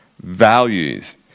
values